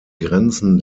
grenzen